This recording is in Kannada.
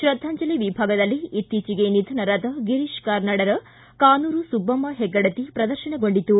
ಶ್ರದ್ಗಾಂಜಲಿ ವಿಭಾಗದಲ್ಲಿ ಇತ್ತೀಚಿಗೆ ನಿಧನರಾದ ಗಿರೀಶ್ ಕಾರ್ನಾಡರ ಕಾನೂರು ಸುಬ್ಬಮ್ನ ಹೆಗ್ಗಡತಿ ಪ್ರದರ್ಶನಗೊಂಡಿತು